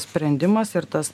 sprendimas ir tas